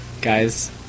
Guys